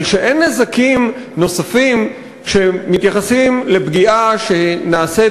אבל אין נזקים נוספים שמתייחסים לפגיעה שנעשית